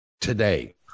today